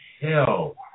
hell